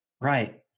Right